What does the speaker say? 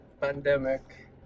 pandemic